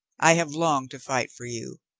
i have longed to fight for you.